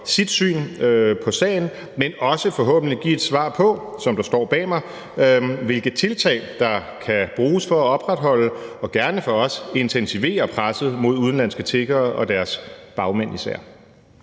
sit syn på sagen, men også forhåbentlig give et svar på, som der står på skærmen bag mig, hvilke tiltag der kan bruges for at opretholde og gerne for os intensivere presset mod udenlandske tiggere og især deres bagmænd.